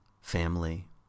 family